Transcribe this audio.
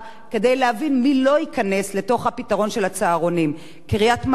להבין מי לא ייכנס לפתרון של הצהרונים: קריית-מלאכי,